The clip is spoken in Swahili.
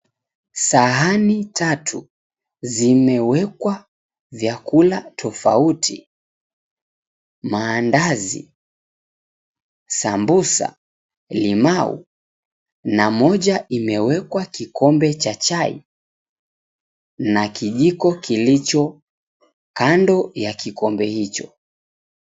Sahani tatu zimewekwa vyakula tofauti; mandazi, sambusa, limau na moja imewekwa kikombe cha chai na kijiko kilicho kando ya kikombe hicho.